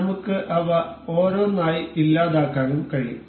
നമുക്ക് അവ ഓരോന്നായി ഇല്ലാതാക്കാനും കഴിയും